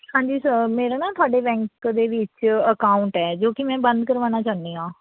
ਹਾਂਜੀ ਸਰ ਮੇਰਾ ਨਾ ਤੁਹਾਡੇ ਬੈਂਕ ਦੇ ਵਿੱਚ ਅਕਾਊਂਟ ਹੈ ਜੋ ਕਿ ਮੈਂ ਬੰਦ ਕਰਵਾਉਣਾ ਚਾਹੁੰਦੀ ਹਾਂ